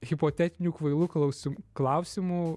hipotetinių kvailų klausim klausimų